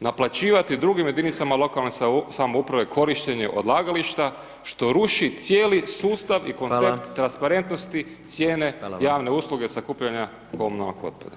naplaćivati drugim jedinicama lokalne samouprave korištenje odlagališta, što ruši cijeli sustav i koncept [[Upadica: Hvala.]] cijene javne usluge [[Upadica: Hvala vam.]] sakupljanja komunalnog otpada.